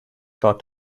thought